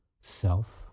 self